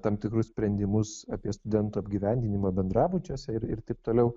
tam tikrus sprendimus apie studentų apgyvendinimą bendrabučiuose ir ir taip toliau